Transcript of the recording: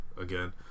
again